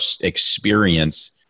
experience